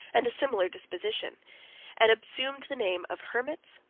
and a similar disposition and assumed the names of hermits,